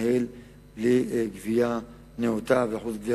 במאי 2009): דוח מבקר המדינה 2008 על השלטון המקומי הצביע